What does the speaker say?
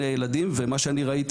שאני מלווה שני ילדים ומה שאני ראיתי